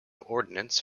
ordnance